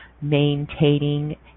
maintaining